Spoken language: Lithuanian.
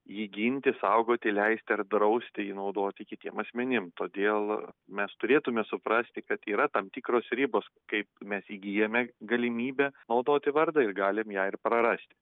jį ginti saugoti leisti ar drausti jį naudoti kitiem asmenim todėl mes turėtume suprasti kad yra tam tikros ribos kaip mes įgyjame galimybę naudoti vardą ir galim ją ir prarasti